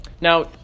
Now